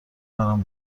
برام